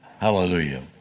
Hallelujah